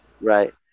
right